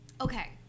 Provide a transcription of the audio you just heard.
okay